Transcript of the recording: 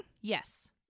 Yes